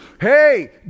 Hey